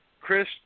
Chris